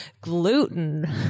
gluten